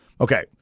Okay